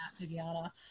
Viviana